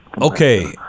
Okay